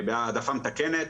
בהעדפה מתקנת.